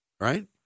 right